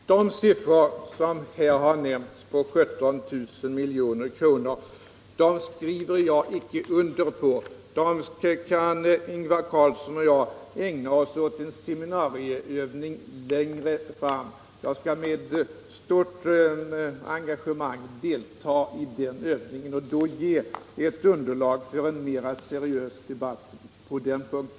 Herr talman! Den siffra som här har nämnts på 17 miljarder kronor skriver jag inte under på. Den kan Ingvar Carlsson och jag ägna en seminarieövning åt längre fram. Jag skall med stort engagemang delta i övningen och då ge ett underlag för en mer seriös debatt på den punkten.